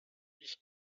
ich